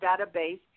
database